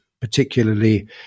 particularly